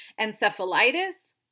encephalitis